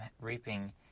reaping